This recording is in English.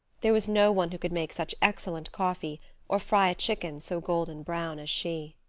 there was no one who could make such excellent coffee or fry a chicken so golden brown as she.